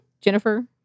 Jennifer